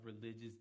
religious